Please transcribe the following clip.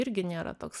irgi nėra toks